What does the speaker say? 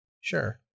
Sure